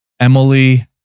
Emily